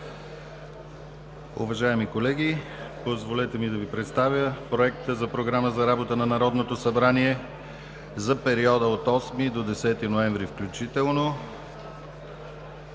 Уважаеми колеги, позволете ми да Ви представя Проекта за Програма на Народното събрание за периода от 8 до 10 ноември 2017 г. включително.